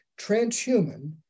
transhuman